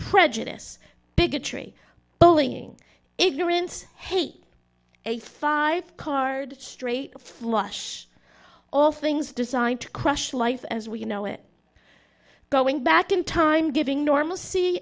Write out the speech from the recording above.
prejudice bigotry bullying ignorance hate a five card straight flush all things designed to crush life as well you know it going back in time giving normalcy